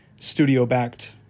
studio-backed